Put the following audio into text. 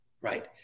right